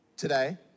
today